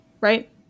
Right